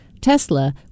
Tesla